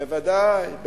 בוודאי.